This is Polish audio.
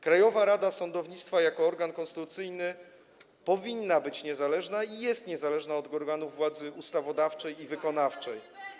Krajowa Rada Sądownictwa jako organ konstytucyjny powinna być niezależna i jest niezależna od organów władzy ustawodawczej i wykonawczej.